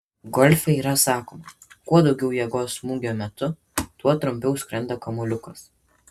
golfe yra sakoma kuo daugiau jėgos smūgio metu tuo trumpiau skrenda kamuoliukas